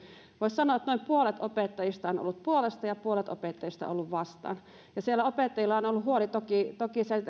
voisi sanoa että noin puolet opettajista on ollut puolesta ja puolet opettajista on ollut vastaan opettajilla on ollut huoli toki siitä